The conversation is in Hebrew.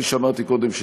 כפי שאמרתי קודם,